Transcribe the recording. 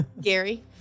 Gary